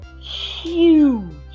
huge